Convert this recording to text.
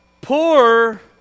poor